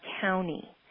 county